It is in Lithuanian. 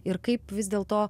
ir kaip vis dėl to